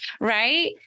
right